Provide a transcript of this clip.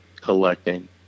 collecting